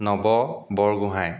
Nav Borgohain